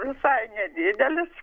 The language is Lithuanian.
visai nedidelis